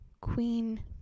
queen